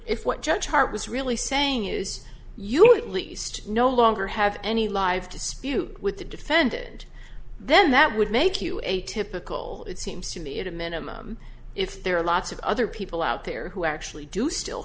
if what judge hart was really saying is your least no longer have any live to spew with the defendant then that would make you a typical it seems to me at a minimum if there are lots of other people out there who actually do still